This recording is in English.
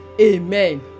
amen